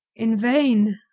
in vain?